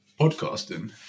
podcasting